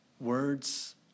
Words